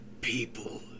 people